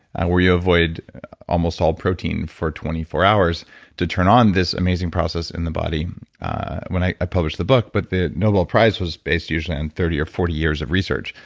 where you avoid almost all protein for twenty four hours to turn on this amazing process in the body when i i published the book but the nobel prize was based usually on thirty or forty years of research.